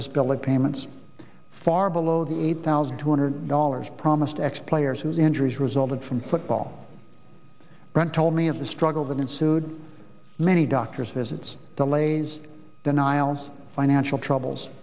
disability payments far below the eight thousand two hundred dollars promised ex players whose injuries resulted from football brown told me of the struggle that ensued many doctors visits delays denials financial troubles